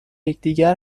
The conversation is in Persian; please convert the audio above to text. یکدیگر